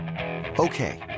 Okay